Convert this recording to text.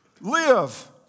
live